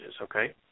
okay